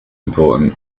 important